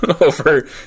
over